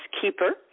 keeper